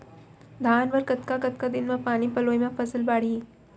धान बर कतका कतका दिन म पानी पलोय म फसल बाड़ही?